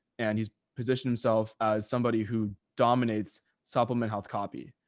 and he's positioned himself as somebody who dominates supplement health copy.